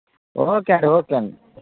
okay అండి okay అండి